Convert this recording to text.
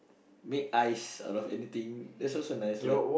make ice around anything that's also a nice one